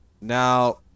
now